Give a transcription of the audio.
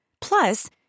Plus